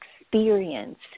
experience